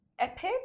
epic